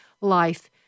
life